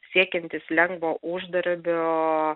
siekiantys lengvo uždarbio